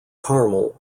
carmel